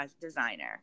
designer